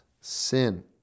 sin